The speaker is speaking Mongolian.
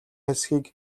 хэсгийг